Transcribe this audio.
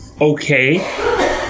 Okay